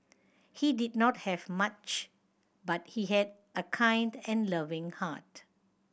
he did not have much but he had a kind and loving heart